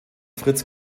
fritz